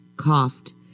Coughed